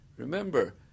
Remember